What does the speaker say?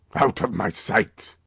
out of my sight!